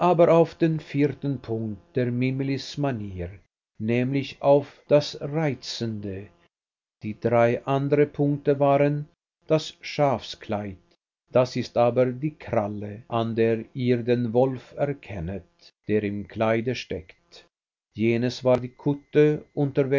auf den vierten punkt der mimilis manier nämlich auf das reizende die drei andern punkte waren das schafskleid das ist aber die kralle an der ihr den wolf erkennet der im kleide steckt jenes war die kutte